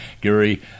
Gary